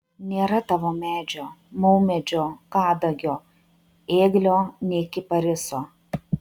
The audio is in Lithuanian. nėra tavo medžio maumedžio kadagio ėglio nei kipariso